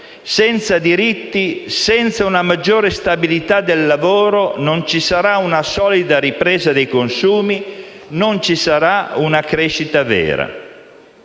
Senza diritti, senza una maggiore stabilità del lavoro non ci sarà una solida ripresa dei consumi, né una crescita vera.